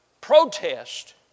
protest